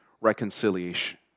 reconciliation